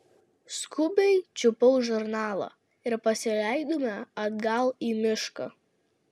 skubiai čiupau žurnalą ir pasileidome atgal į mišką